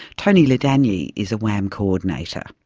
toni ladanyi is a wam coordinator.